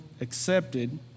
accepted